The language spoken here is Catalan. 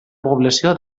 població